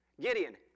Gideon